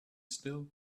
still